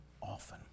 often